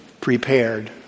prepared